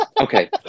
Okay